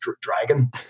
Dragon